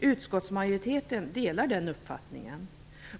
Utskottsmajoriteten delar den uppfattningen.